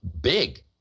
big